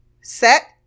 set